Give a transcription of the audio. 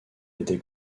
été